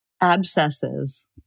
abscesses